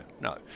no